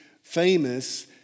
famous